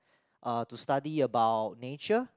uh to study about nature